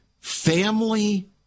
family